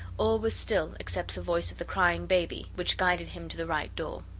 all was still except the voice of the crying baby, which guided him to the right door.